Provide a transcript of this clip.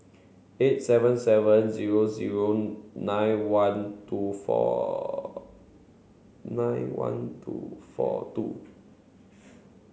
eight seven seven zero zero nine one two four nine one two four two